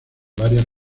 varias